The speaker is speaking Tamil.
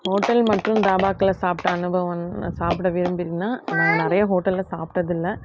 ஹோட்டல் மற்றும் தாபாக்கள்ல சாப்பிட்ட அனுபவம் சாப்பிட விரும்புகிறீங்கன்னால் நான் நிறைய ஹோட்டல்ல சாப்பிட்டதில்ல